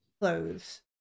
clothes